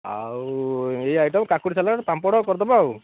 ଆଉ ଏଇ ଆଇଟମ୍ କାକୁଡ଼ି ସାଲାଡ଼୍ ପାମ୍ପଡ଼ କରିଦେବା ଆଉ